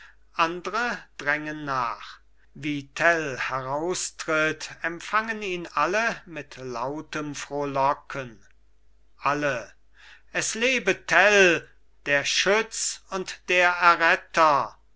andre drängen nach wie tell heraustritt empfangen ihn alle mit lautem frohlocken alle es lebe tell der schütz und der erretter